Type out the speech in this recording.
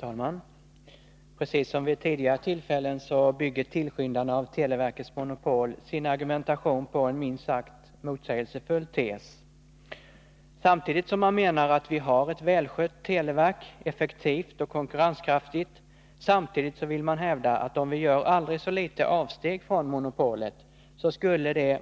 Herr talman! Precis som vid tidigare tillfällen bygger tillskyndarna av televerkets monopol sin argumentation på en minst sagt motsägelsefull tes. Samtidigt som de menar att vi har ett välskött televerk som är effektivt och konkurrenskraftigt hävdar de att ett aldrig så litet avsteg från monopolet skulle